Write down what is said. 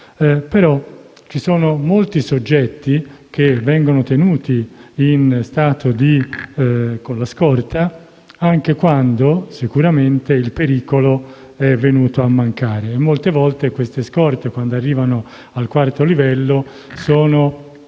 però ci sono molti soggetti che vengono tenuti sotto scorta anche quando il pericolo è venuto a mancare. Molte volte, queste scorte, quando arrivano al quarto livello,